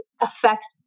affects